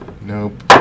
Nope